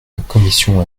commission